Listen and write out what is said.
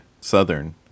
Southern